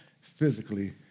physically